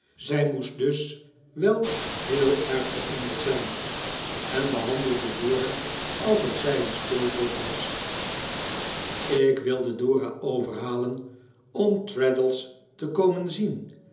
en behandelde dora alsof zij een speelpop was ik wilde dora overhalen om traddles te komen zien